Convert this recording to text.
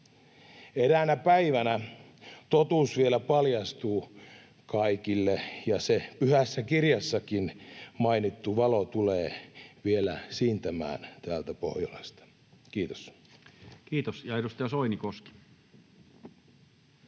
Eräänä päivänä totuus vielä paljastuu kaikille ja se pyhässä kirjassakin mainittu valo tulee vielä siintämään täältä Pohjolasta. — Kiitos. Kiitos. — Ja edustaja Soinikoski.